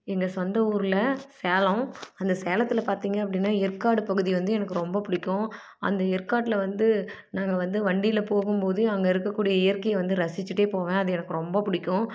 எங்கள் சொந்த ஊரில் சேலம் அந்த சேலத்தில் பார்த்திங்க அப்படினா ஏற்காடு பகுதி வந்து எனக்கு ரொம்ப பிடிக்கும் அந்த ஏற்காட்டில் வந்து நாங்கள் வந்து வண்டியில் போகும் போது அங்கே இருக்கக்கூடிய இயற்கை வந்து ரசிச்சிகிட்டே போவேன் அது எனக்கு ரொம்ப பிடிக்கும்